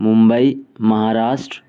Mumbai Maharashtra